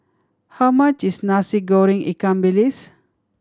how much is Nasi Goreng ikan bilis